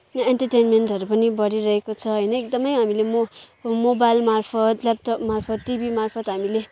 यो इन्टरटेनमेन्टहरू पनि बढिरहेको छ होइन एकदमै हामीले म मोबाइल मार्फत् ल्यापटप मार्फत् टिभी मार्फत् हामीले